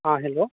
हाँ हेलो